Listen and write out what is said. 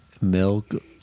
milk